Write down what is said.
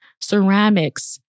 ceramics